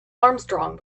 armstrong